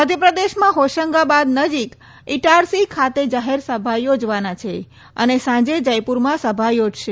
મધ્યપ્રદેશમાં હોશંગાબાદ નજીક ઇટારસી ખાતે જાહેરસભા યોજવાના છે અને સાંજે જયપુરમાં સભા યોજશે